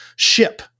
ship